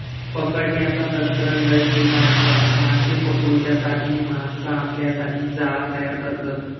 पकडण्याचा तंत्र लय जुना आसा, माशे पकडूच्यासाठी माणसा आपल्यासाठी जाळा तयार करतत